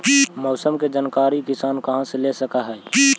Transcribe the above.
मौसम के जानकारी किसान कहा से ले सकै है?